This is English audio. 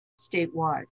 statewide